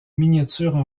miniatures